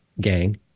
gang